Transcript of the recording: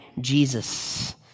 Jesus